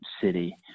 city